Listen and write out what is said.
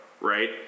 right